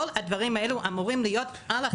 כל הדברים האלו אמורים להיות בכתב.